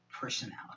personality